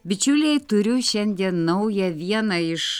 bičiuliai turiu šiandien naują vieną iš